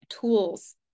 tools